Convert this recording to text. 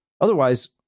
Otherwise